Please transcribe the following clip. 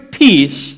peace